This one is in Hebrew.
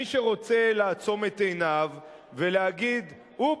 מי שרוצה לעצום את עיניו ולהגיד: אופס,